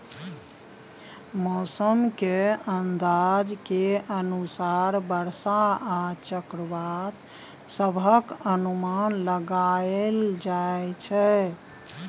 मौसम के अंदाज के अनुसार बरसा आ चक्रवात सभक अनुमान लगाइल जाइ छै